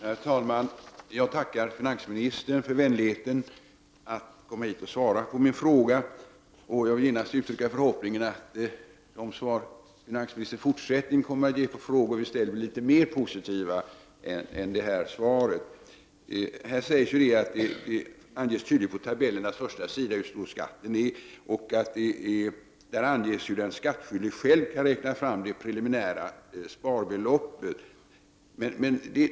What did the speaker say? Herr talman! Jag tackar finansministern för vänligheten att komma hit och svara på min fråga. Jag vill genast uttrycka förhoppningen att de svar som finansministern i fortsättningen kommer att ge på frågor som vi ställer här i riksdagen blir litet mer positiva än detta svar. I svaret sägs att det tydligt anges på tabellernas första sida hur stor skatten är och att den skattskyldige själv kan räkna fram det preliminära sparbeloppet.